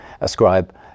ascribe